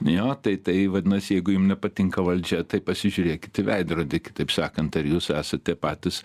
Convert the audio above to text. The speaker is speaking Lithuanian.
jo tai tai vadinasi jeigu jum nepatinka valdžia tai pasižiūrėkit į veidrodį kitaip sakant ar jūs esate patys